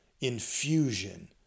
infusion